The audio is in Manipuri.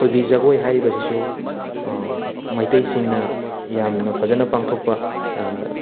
ꯊꯣꯏꯕꯤ ꯖꯥꯒꯣꯏ ꯍꯥꯏꯔꯤꯕꯁꯤꯁꯨ ꯃꯩꯇꯩꯁꯤꯡꯅ ꯌꯥꯝꯅ ꯐꯖꯅ ꯄꯥꯡꯊꯣꯛꯄ